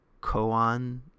koan